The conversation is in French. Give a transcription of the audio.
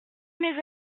mes